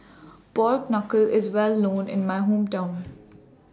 Pork Knuckle IS Well known in My Hometown